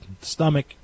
stomach